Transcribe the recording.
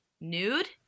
nude